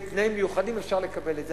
בתנאים מיוחדים אפשר לקבל את זה.